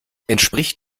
entspricht